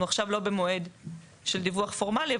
אנחנו עכשיו לא במועד של דיווח פורמלי,